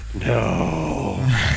no